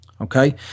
Okay